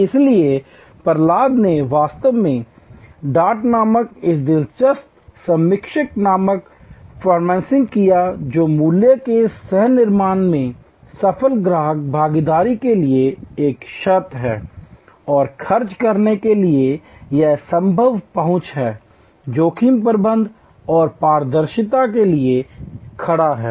इसलिए प्रहलाद ने वास्तव में डार्ट नामक इस दिलचस्प संक्षिप्त नाम को कॉन्फ़िगर किया जो मूल्य के सह निर्माण में सफल ग्राहक भागीदारी के लिए एक शर्त है और खर्च करने के लिए यह संवाद पहुंच और जोखिम प्रबंधन और पारदर्शिता के लिए खड़ा है